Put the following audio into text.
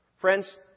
Friends